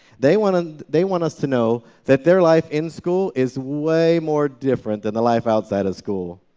they want ah they want us to know that their life in school is way more different than the life outside of school.